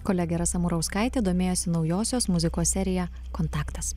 kolegė rasa murauskaitė domėjosi naujosios muzikos serija kontaktas